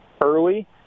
early